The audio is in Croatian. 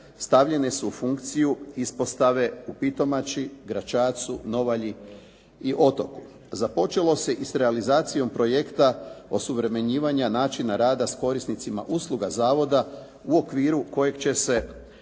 stavljene su u funkciju uspostave u Pitomači, Gračacu, Novalji i Otoku. Započelo se i s realizacijom projekta osuvremenjivanja načina rada s korisnicima usluga zavoda u okviru kojeg će se